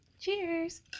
cheers